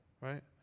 right